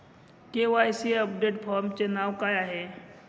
KYC update फॉर्मचे नाव काय आहे?